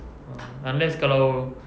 ah unless kalau